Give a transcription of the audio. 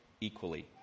equally